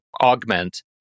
augment